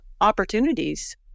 opportunities